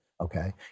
okay